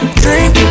drink